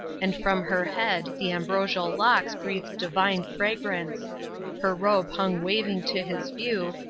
and from her head the ambrosial locks breathed divine fragrance her robe hung waving to his view,